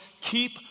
keep